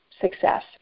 success